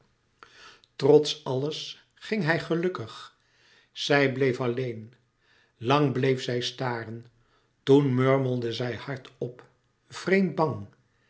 trots alles ging hij gelukkig zij bleef alleen lang bleef zij staren toen murmelde zij hard op vreemd bang